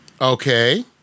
Okay